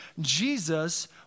Jesus